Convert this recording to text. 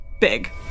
big